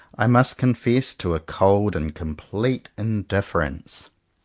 i must confess to a cold and complete indifference.